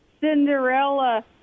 Cinderella